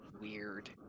weird